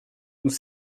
nous